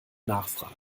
nachfrage